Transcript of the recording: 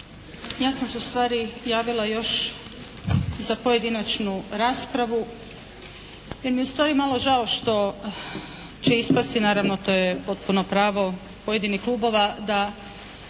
Ja sam se ustvari javila još za pojedinačnu raspravu jer mi je ustvari malo žao što će ispasti, naravno to je potpuno pravo pojedinih klubova, da